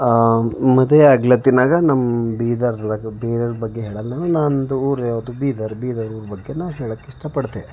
ಮದೇ ಆಗ್ಲತ್ತಿನಾಗ ನಮ್ಮ ಬೀದರಾಗೆ ಬೀದರ್ ಬಗ್ಗೆ ಹೇಳಲ್ಲ ನಂದು ಊರು ಯಾವುದು ಬೀದರ್ ಬೀದರ್ ಊರ ಬಗ್ಗೆ ನಾನು ಹೇಳೋಕ್ಕೆ ಇಷ್ಟಪಡ್ತೆ